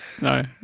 No